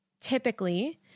typically